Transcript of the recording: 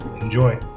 Enjoy